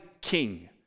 king